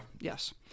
yes